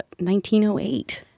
1908